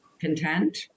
content